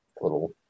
Little